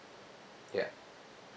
ya